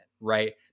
right